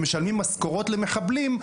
שמשלמים משכורות למחבלים,